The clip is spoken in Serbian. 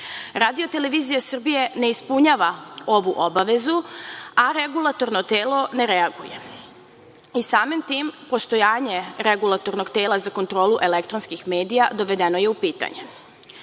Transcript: televizija Srbije ne ispunjava ovu obavezu, a regulatorno telo ne reaguje. Samim tim, postojanje Regulatornog tela za kontrolu elektronskih medija dovedeno je u pitanje. Znam